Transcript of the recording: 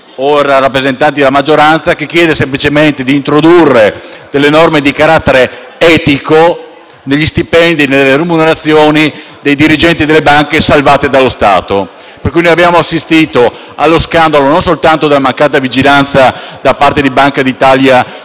o rappresentanti della maggioranza, che chiede semplicemente di introdurre delle norme di carattere etico per gli stipendi e le remunerazioni dei dirigenti delle banche salvate dallo Stato. Noi abbiamo assistito non soltanto allo scandalo della mancata vigilanza da parte di Banca d'Italia